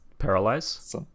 paralyze